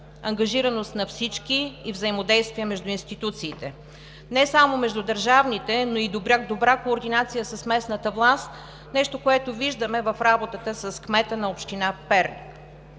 ангажираност на всички и взаимодействие между институциите – не само между държавните, но и добра координация с местната власт – нещо, което виждаме в работата с кмета на община Перник.